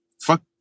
Fuck